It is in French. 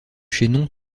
chaînon